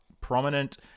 prominent